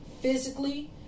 physically